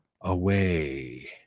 away